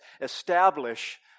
establish